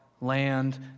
land